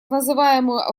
называемую